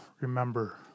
Remember